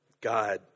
God